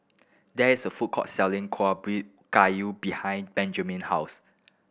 there is a food court selling Kueh Ubi Kayu behind Benjamine house